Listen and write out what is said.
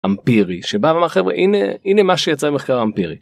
אמפירי שבה אמר, חבר'ה, הנה, הנה מה שיצא ממחקר אמפירי.